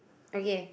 okay